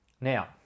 Now